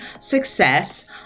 success